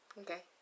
okay